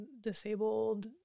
disabled